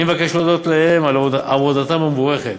אני מבקש להודות להם על עבודתם המבורכת.